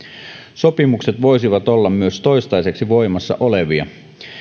sopimukset voisivat olla myös toistaiseksi voimassa olevia